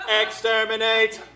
Exterminate